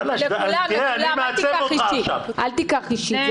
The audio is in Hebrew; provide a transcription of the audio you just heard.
זה לכולם, אל תיקח אישית.